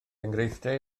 enghreifftiau